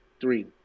three